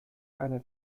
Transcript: eine